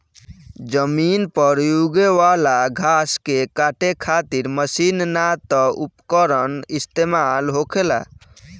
जमीन पर यूगे वाला घास के काटे खातिर मशीन ना त उपकरण इस्तेमाल होखेला